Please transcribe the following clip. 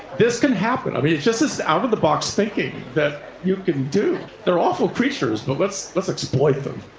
this can happen. it's just this out-of-the-box thinking that you can do. they're awful creatures, but let's let's exploit them.